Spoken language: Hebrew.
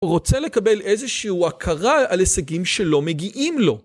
הוא רוצה לקבל איזשהו הכרה על הישגים שלא מגיעים לו.